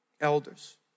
elders